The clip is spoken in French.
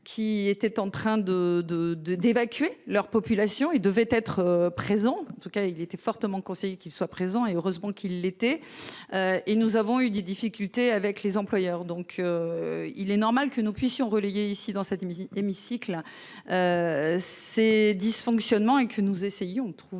qui était en train de de de d'évacuer leur population et devait être présent en tout cas il était fortement conseillé, qu'ils soient présents et heureusement qu'il était. Et nous avons eu des difficultés avec les employeurs donc. Il est normal que nous puissions relayé ici dans cet hémicycle. Ces dysfonctionnements et que nous essayons de trouver